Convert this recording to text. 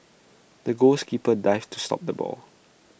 the goals keeper dived to stop the ball